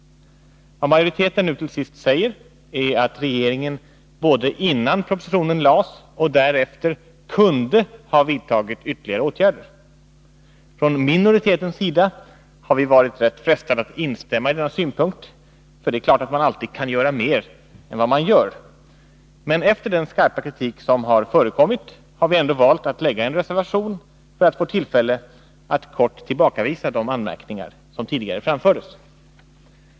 Vad majoriteten nu till sist säger är att regeringen både innan propositio Nr 146 nen framlades och därefter kunde ha vidtagit ytterligare åtgärder. Från Onsdagen den minoritetens sida har vi varit frestade att instämma i denna synpunkt — det är 12 maj 1982 klart att man alltid kan göra mer än man gör. Men efter den skarpa kritik som har förekommit har vi valt att avge en reservation, för att få tillfälle att tillbakavisa de anmärkningar som tidigare framförts.